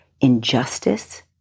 injustice